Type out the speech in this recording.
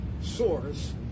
source